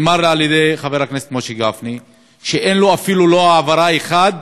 וחבר הכנסת משה גפני אמר לי שאין לו אפילו העברה אחת